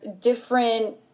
different